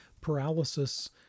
paralysis